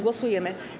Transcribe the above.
Głosujemy.